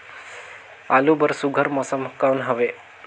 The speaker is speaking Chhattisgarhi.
आलू बर सुघ्घर मौसम कौन हवे?